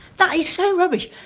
that is so rubbish!